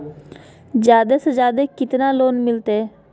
जादे से जादे कितना लोन मिलते?